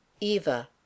Eva